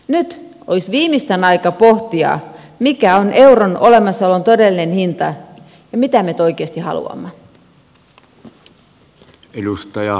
nyt olisi viimeistään aika pohtia mikä on euron olemassaolon todellinen hinta ja mitä me nyt oikeasti haluamme